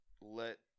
let